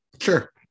Sure